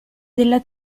della